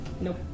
Nope